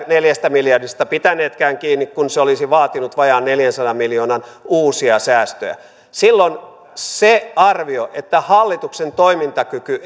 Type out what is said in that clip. neljästä miljardista pitäneetkään kiinni kun se olisi vaatinut vajaan neljänsadan miljoonan uusia säästöjä silloin se arvio että hallituksen toimintakyky